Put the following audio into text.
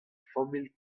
familh